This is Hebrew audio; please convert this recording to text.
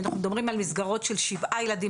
אנחנו מדברים על מסגרות של שבעה ילדים